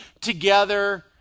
together